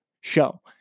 show